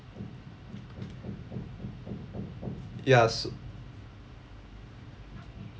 yes